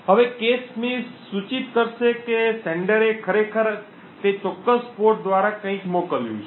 હવે cache miss સૂચિત કરશે કે પ્રેષકે ખરેખર તે ચોક્કસ પોર્ટ દ્વારા કંઈક મોકલ્યું છે